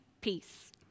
peace